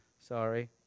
Sorry